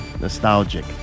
nostalgic